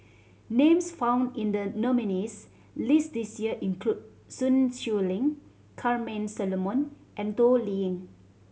names found in the nominees' list this year include Sun Xueling Charmaine Solomon and Toh Liying